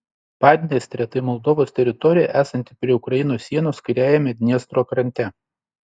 padniestrė tai moldovos teritorija esanti prie ukrainos sienos kairiajame dniestro krante